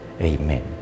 Amen